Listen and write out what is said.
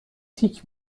تیک